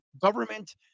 government